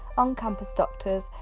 on campus doctors,